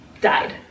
died